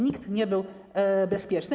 Nikt nie był bezpieczny.